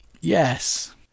Yes